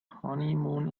honeymoon